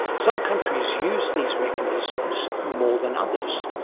some countries use these mechanisms more than others